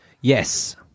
Yes